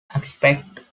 aspect